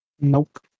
Nope